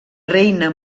reina